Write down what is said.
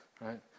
Right